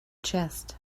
chest